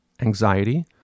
anxiety